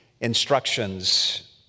instructions